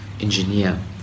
engineer